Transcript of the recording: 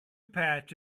patch